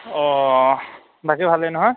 অঁ বাকী ভালেই নহয়